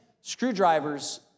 screwdrivers